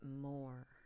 more